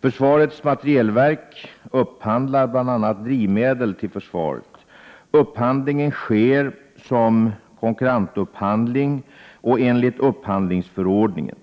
Försvarets materielverk upphandlar bl.a. drivmedel till försvaret. Upphandlingen sker som konkurrentupphandling och enligt upphandlingsförordningen .